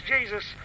Jesus